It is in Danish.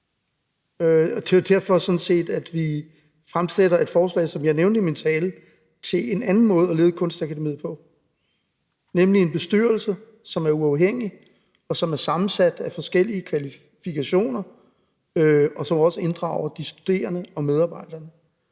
derfor, vi fremsætter et forslag, som jeg nævnte i min tale, til en anden måde at lede Kunstakademiet på, nemlig en bestyrelse, som er uafhængig, og som er sammensat af forskellige kvalifikationer, og som også inddrager de studerende og medarbejderne.